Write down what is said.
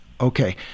Okay